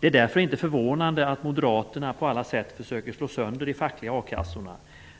Det är därför inte förvånande att moderaterna på alla sätt försöker slå sönder de fackliga a-kassorna.